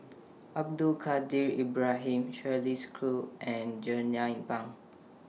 Abdul Kadir Ibrahim Shirley Chew and Jernnine Pang